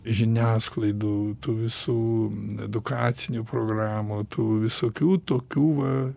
žiniasklaidų tų visų edukacinių programų tų visokių tokių va